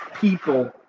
people